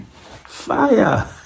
fire